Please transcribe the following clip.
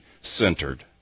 centered